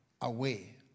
away